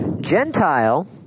Gentile